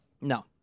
No